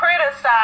criticize